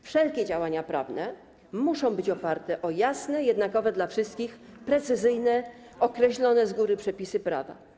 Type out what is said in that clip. Wszelkie działania prawne muszą być oparte o jasne, jednakowe dla wszystkich, precyzyjne, określone z góry przepisy prawa.